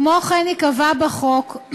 כמו כן ייקבע בחוק זה,